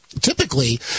Typically